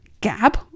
gap